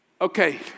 Okay